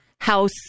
House